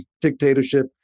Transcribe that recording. dictatorship